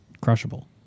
crushable